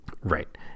Right